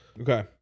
Okay